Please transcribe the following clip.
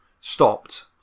stopped